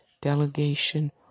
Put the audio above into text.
delegation